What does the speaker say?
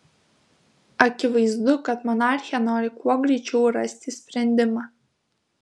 akivaizdu kad monarchė nori kuo greičiau rasti sprendimą